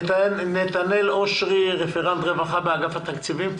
נתנאל אשרי, רפרנט רווחה באגף התקציבים.